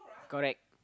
correct